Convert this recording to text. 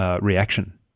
reaction